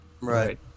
Right